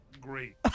great